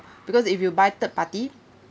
because if you buy third party